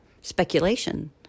speculation